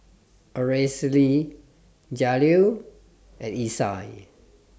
Aracely Jaleel and Isai